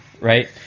right